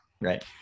Right